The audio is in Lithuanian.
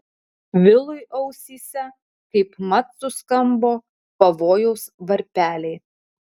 vilui ausyse kaipmat suskambo pavojaus varpeliai